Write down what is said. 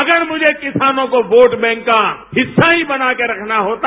अगर मुझे किसानों को वोट बैंक का हिस्सा ही बना के रखना होता